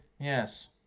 yes